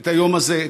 את היום הזה,